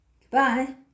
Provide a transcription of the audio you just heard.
Goodbye